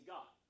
God